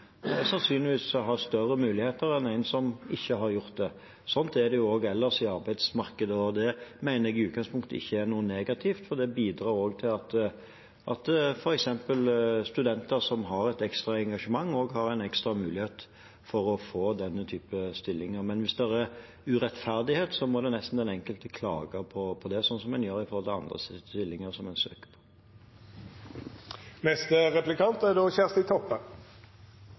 sannsynligvis ha større muligheter enn en som ikke har gjort det. Slik er det også ellers i arbeidsmarkedet. Det mener jeg i utgangspunktet ikke er noe negativt, for det bidrar også til at f.eks. studenter som har et ekstra engasjement, har en ekstra mulighet for å få denne typen stillinger. Men hvis det er urettferdighet, må nesten den enkelte klage på det, slik som en gjør når det gjelder andre stillinger en søker.